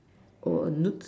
or a